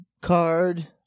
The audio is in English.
card